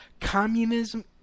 Communism